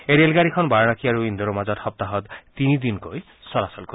এই ৰেলগাড়ীখন বাৰানসী আৰু ইণ্ডোৰৰ মাজত সপ্তাহত তিনি দিনকৈ চলাচল কৰিব